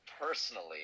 personally